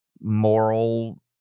moral